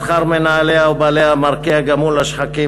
שכר מנהליה ובעליה מרקיע גם הוא לשחקים,